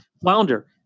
flounder